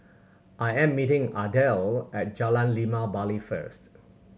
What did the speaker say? I am meeting Adele at Jalan Limau Bali first